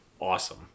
awesome